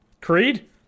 Creed